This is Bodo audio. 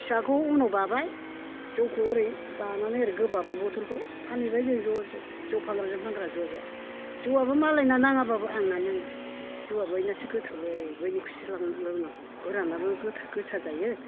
फिसाखौ उनाव बाबाय जौखौ ओरै बानानै ओरै गोबाबाय बटलखौ फानहैबाय जों ज'ज जौ फानग्राजों फानग्रा ज'ज' जौवाबो मालायना नाङाब्लाबो आंना नाङो जौआ बैनासो गोथावलै बैनिखौसो लोंनांगौ गोरानाबो गोसा जायो